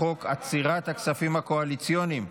בעד, 30, נגד, 44, אין נמנעים.